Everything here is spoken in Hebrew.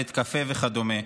בית קפה וכדומה,